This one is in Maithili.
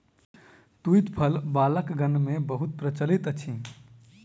तूईत फल बालकगण मे बहुत प्रचलित अछि